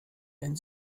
wenn